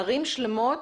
ערים שלמות